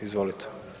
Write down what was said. Izvolite.